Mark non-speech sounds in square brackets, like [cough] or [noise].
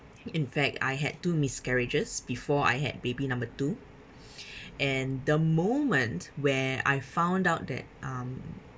in fact I had two miscarriages before I had baby number two [breath] and the moment where I found out that um